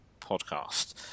Podcast